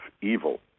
evil